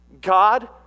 God